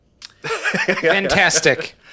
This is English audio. Fantastic